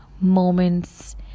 moments